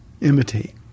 imitate